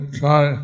try